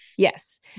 Yes